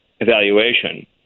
evaluation